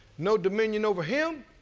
no dominion over him,